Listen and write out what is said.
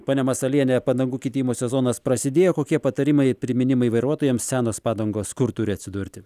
ponia masalienė padangų keitimo sezonas prasidėjo kokie patarimai priminimai vairuotojams senos padangos kur turi atsidurti